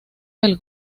del